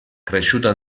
cresciuta